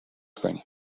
کنیم